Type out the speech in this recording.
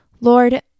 Lord